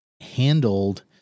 handled